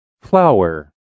Flower